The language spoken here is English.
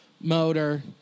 motor